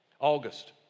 August